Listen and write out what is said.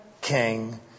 king